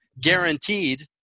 guaranteed